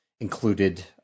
included